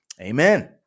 Amen